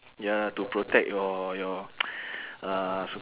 ya to protect your your uh so